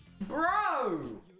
bro